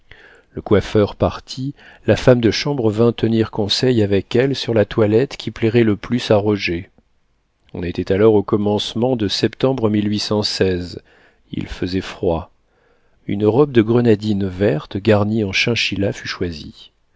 le coiffeur parti la femme de chambre vint tenir conseil avec elle sur la toilette qui plairait le plus à roger on était alors au commencement de septembre il faisait froid une robe de grenadine verte garnie en chinchilla fut choisie